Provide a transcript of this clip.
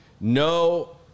no